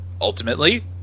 ultimately